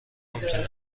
ممکن